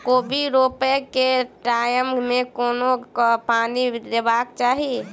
कोबी रोपय केँ टायम मे कोना कऽ पानि देबाक चही?